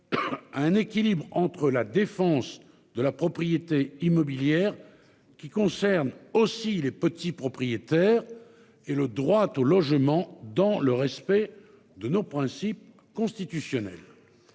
un équilibre entre la défense de la propriété immobilière, qui concerne aussi les petits propriétaires. Et le droit au logement dans le respect de nos principes constitutionnels.